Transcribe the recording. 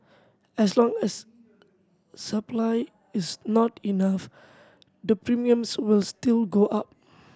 as long as supply is not enough the premiums will still go up